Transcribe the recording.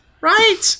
Right